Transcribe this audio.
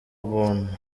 ubuntu